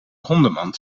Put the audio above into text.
hondenmand